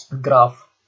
graph